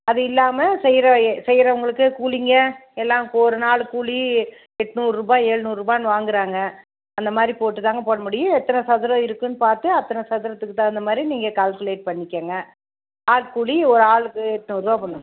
அது இல்லாமல் செய்கிறவயே செய்யறவங்களுக்கு கூலிங்க எல்லாம் ஒரு நாள் கூலி எட்நூறு ரூபாய் எழுநூறு ரூபாய்ன் வாங்கிறாங்க அந்த மாதிரி போட்டு தாங்க போட முடியும் எத்தனை சதுரம் இருக்குமென்னு பார்த்து அத்தனை சதுரத்துக்கு தகுந்த மாதிரி நீங்கள் கால்குலேட் பண்ணிக்கங்க ஆள் கூலி ஒரு ஆளுக்கு எட்நூறு ரூபா கொடுங்க